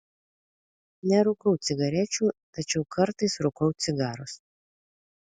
nerūkau cigarečių tačiau kartais rūkau cigarus